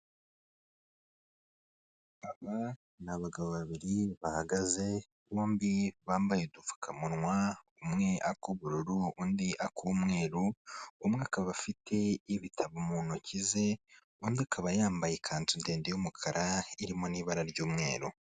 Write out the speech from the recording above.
Aba ni abagabo babiri bahagaze bombi bambaye udupfukamunwa, umwe ak'ubururu undi ak'umweru, umwe akaba afite ibitabo mu ntoki ze, undi akaba yambaye ikanzu ndende y'umukara irimo n'ibara ry'umweru.